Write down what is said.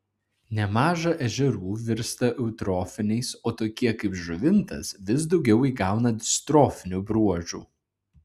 nemaža ežerų virsta eutrofiniais o tokie kaip žuvintas vis daugiau įgauna distrofinių bruožų